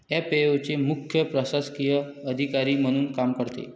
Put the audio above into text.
FAO चे मुख्य प्रशासकीय अधिकारी म्हणून काम करते